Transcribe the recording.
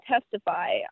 testify